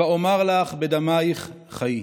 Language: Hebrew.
"ואמר לך בדמיך חיי"